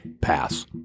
pass